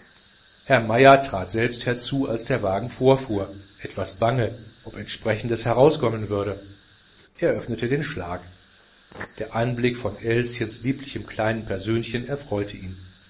der hotelbesitzer trat selbst herzu als der wagen vorfuhr etwas bange ob entsprechendes herauskommen würde er öffnete den schlag der anblick von elschens lieblichem kleinem persönchen erfreute ihn